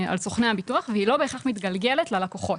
על סוכני הביטוח והיא לא בהכרח מתגלגלת ללקוחות.